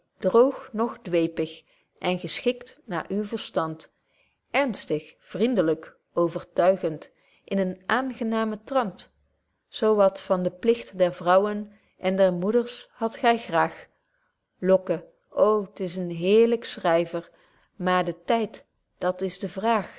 droog noch dweepig en geschikt naar uw verstand ernstig vriendlyk overtuigend in een aangenamen trant zo wat van den pligt der vrouwen en der moeders hadt gy graag locke ô t is een heerlyk schryver maar de tyd dat is de vraag